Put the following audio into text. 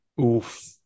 Oof